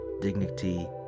dignity